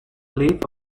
live